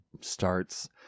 starts